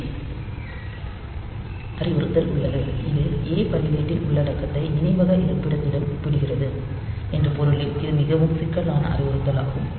இ அறிவுறுத்தல் உள்ளது இது ஏ பதிவேட்டின் உள்ளடக்கத்தை நினைவக இருப்பிடத்துடன் ஒப்பிடுகிறது என்ற பொருளில் இது மிகவும் சிக்கலான அறிவுறுத்தலாகும்